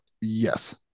Yes